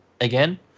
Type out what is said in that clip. again